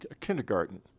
kindergarten